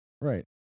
Right